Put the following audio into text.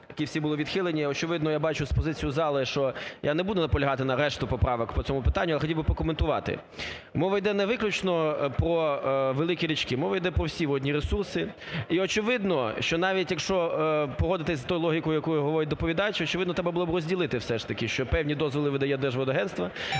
я бачу з позиції зали, що я не буду наполягати на решті поправок по цьому питанню, але хотів би прокоментувати. Мова йде не виключно про великі річки, мова йде про всі водні ресурси. І очевидно, що навіть, якщо погодитись з тою логікою, якою говорить доповідач, очевидно, треба було б розділити все ж таки, що певні дозволи видає Держводагентство,